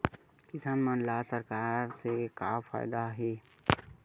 किसान मन ला सरकार से का फ़ायदा हे?